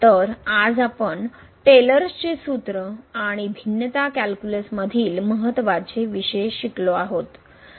तर आज आपण टेलर्स चे सूत्र आणि भिन्नता कॅल्क्यूलसमधील महत्त्वाचे विषय शिकलो आहोत